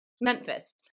Memphis